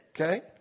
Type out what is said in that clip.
Okay